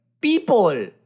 people